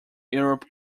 europe